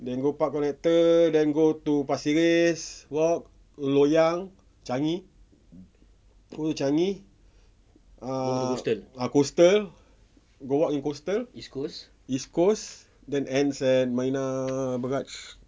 then go park connector then go to pasir ris walk loyang changi go changi err coastal go walk in coastal east coast then ends at marina barrage